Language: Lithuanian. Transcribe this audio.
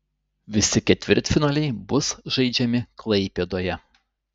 visi ketvirtfinaliai bus žaidžiami klaipėdoje